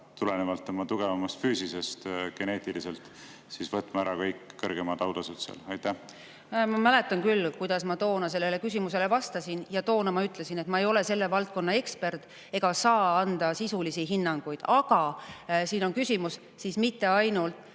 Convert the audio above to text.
tulenevalt tugevamast füüsisest, geneetiliselt siis, võtma ära kõik kõrgemad autasud seal? Ma mäletan küll, kuidas ma toona sellele küsimusele vastasin. Toona ma ütlesin, et ma ei ole selle valdkonna ekspert ega saa anda sisulisi hinnanguid. Aga [võimalusi on rohkem]: mitte ainult